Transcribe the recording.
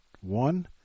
one